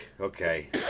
okay